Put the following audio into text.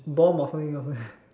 bomb or something